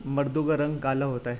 مردوں کا رنگ کالا ہوتا ہے